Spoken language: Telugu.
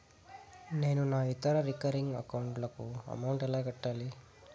నేను నా ఇతర రికరింగ్ అకౌంట్ లకు అమౌంట్ ఎలా కట్టాలి?